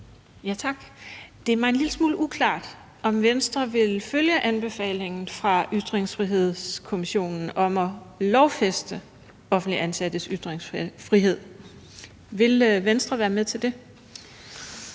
Tak. Det er mig en lille smule uklart, om Venstre vil følge anbefalingen fra Ytringsfrihedskommissionen om at lovfæste offentligt ansattes ytringsfrihed. Vil Venstre være med til det?